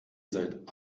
seid